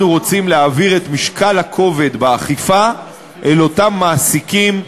אנחנו רוצים להעביר את כובד המשקל באכיפה אל אותם מעסיקים,